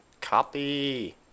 Copy